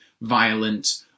violent